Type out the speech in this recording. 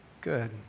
good